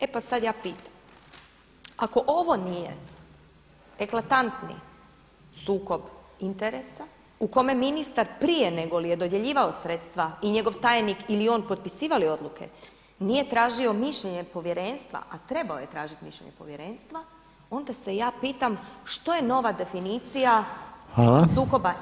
E pa sada ja pitam, ako ovo nije eklatantni sukob interesa u kome ministar prije nego li je dodjeljivao sredstva i njegov tajnik ili on potpisivali odluke nije tražio Povjerenstva, a trebao je tražiti mišljenje Povjerenstva, onda se ja pitam što je nova definicija sukoba interesa?